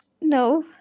No